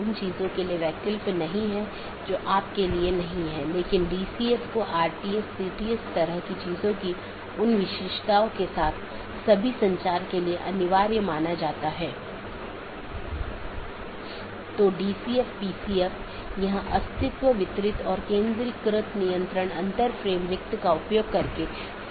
तो इसका मतलब है एक बार अधिसूचना भेजे जाने बाद डिवाइस के उस विशेष BGP सहकर्मी के लिए विशेष कनेक्शन बंद हो जाता है और संसाधन जो उसे आवंटित किये गए थे छोड़ दिए जाते हैं